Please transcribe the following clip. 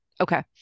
okay